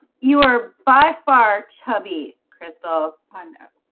you are by far chubby crystal and